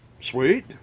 Sweet